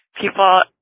people